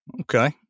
Okay